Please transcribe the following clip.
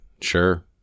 Sure